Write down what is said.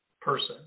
person